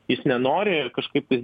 jis nenori kažkaip tai